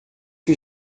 que